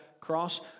cross